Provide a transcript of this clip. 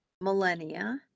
millennia